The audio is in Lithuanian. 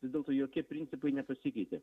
vis dėlto jokie principai nepasikeitė